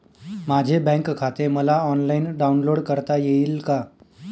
माझे बँक खाते मला ऑनलाईन डाउनलोड करता येईल का?